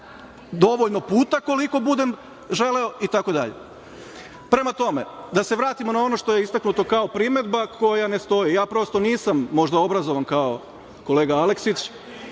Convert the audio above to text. dovoljno puta koliko budem želeo itd. Prema tome, da se vratimo na ono što je istaknuto kao primedba koja ne stoji, prosto nisam možda obrazovan kao kolega Aleksić